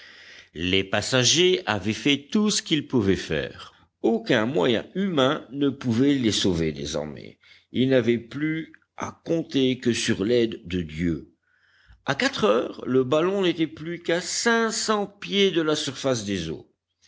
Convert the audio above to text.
les passagers avaient fait tout ce qu'ils pouvaient faire aucun moyen humain ne pouvait les sauver désormais ils n'avaient plus à compter que sur l'aide de dieu à quatre heures le ballon n'était plus qu'à cinq cents pieds de la surface des eaux